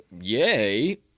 yay